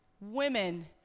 women